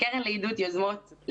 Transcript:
לקרן לעידוד יוזמות,